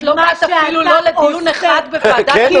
את לא באת אפילו לא לדיון אחד בוועדת כלכלה.